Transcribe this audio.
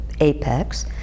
apex